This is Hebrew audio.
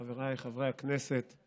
חבריי חברי הכנסת,